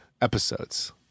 episodes